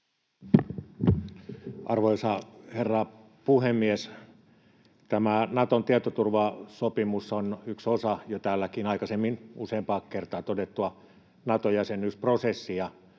Arvoisa herra puhemies! Tämä Naton tietoturvasopimus on yksi osa jo täälläkin aikaisemmin useampaan kertaan todettua Nato-jäsenyysprosessia